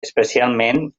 especialment